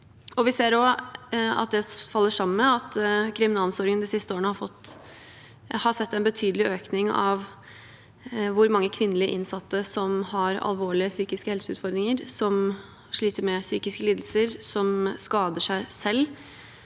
Vi ser også at det faller sammen med at kriminalomsorgen de siste årene har sett en betydelig økning av hvor mange kvinnelige innsatte som har alvorlige psykiske helseutfordringer, som sliter med psykiske lidelser, og som skader seg selv.